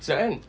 sedap kan